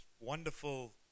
wonderful